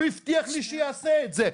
הוא הבטיח לי שיעשה את זה.